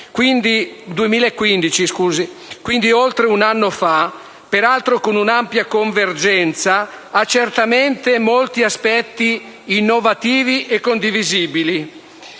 quindi oltre due anni fa, peraltro con un'ampia convergenza, ha certamente molti aspetti innovativi e condivisibili.